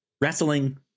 wrestling